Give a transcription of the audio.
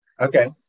okay